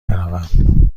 بروم